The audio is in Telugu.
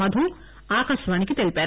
మధు ఆకాశవాణికి తెలిపారు